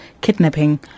kidnapping